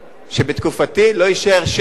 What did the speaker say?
שבתקופתי לא יישאר שקל